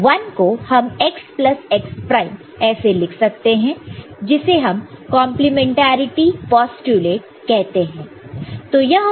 1 को हम x plus x prime ऐसे लिख सकते हैं जिसे हम कंप्लीमेंट्रिटी पोस्टयूलेट कहते हैं